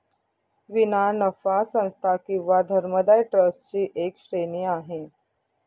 विना नफा संस्था किंवा धर्मदाय ट्रस्ट ची एक श्रेणी आहे